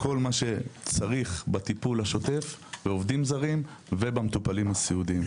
וכל מה שצריך בטיפול השוטף בעובדים זרים ובמטופלים הסיעודיים.